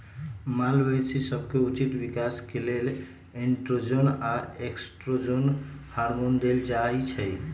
माल मवेशी सभके उचित विकास के लेल एंड्रोजन आऽ एस्ट्रोजन हार्मोन देल जाइ छइ